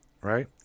right